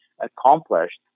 accomplished